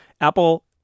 Apple